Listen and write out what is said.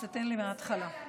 אז תן לי להתחיל מההתחלה.